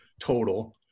total